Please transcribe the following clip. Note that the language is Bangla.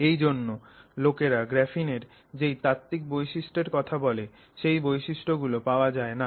এই জন্য লোকেরা গ্রাফিনের যেই তাত্ত্বিক বৈশিষ্ট্যর কথা বলে সেই বৈশিষ্ট্য গুলো পাওয়া যায় না